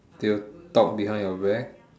they will talk behind your back